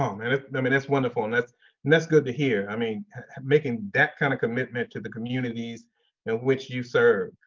um and mean, that's wonderful. and that's and that's good to hear. i mean making that kind of commitment to the communities in which you serve.